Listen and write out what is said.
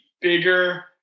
bigger